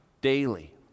daily